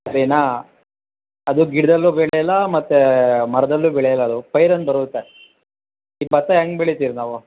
ಸರಿನಾ ಅದು ಗಿಡ್ದಲ್ಲು ಬೆಳೆಯಲ್ಲ ಮತ್ತು ಮರದಲ್ಲೂ ಬೆಳೆಯಲ್ಲ ಅದು ಪೈರನ್ನ ಬರುತ್ತೆ ಈಗ ಬತ್ತ ಹೆಂಗ್ ಬೆಳಿತಿವಿ ನಾವು